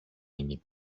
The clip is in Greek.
μείνει